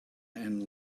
and